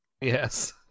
Yes